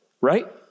right